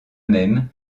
même